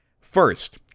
First